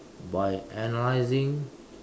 by analyzing